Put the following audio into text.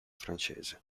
francese